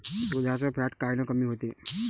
दुधाचं फॅट कायनं कमी होते?